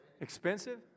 Expensive